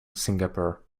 singapore